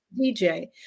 DJ